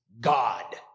God